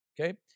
Okay